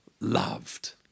loved